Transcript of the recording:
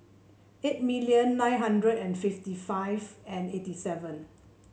eight million nine hundred and fifty five and eighty seven